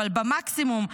אבל במקסימום,